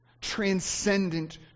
transcendent